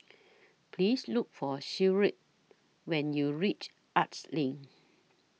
Please Look For Sherwood when YOU REACH Arts LINK